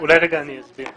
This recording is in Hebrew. אולי רגע אני אסביר.